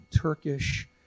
Turkish